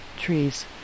trees